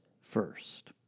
first